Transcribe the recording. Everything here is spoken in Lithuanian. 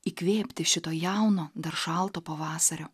įkvėpti šito jauno dar šalto pavasario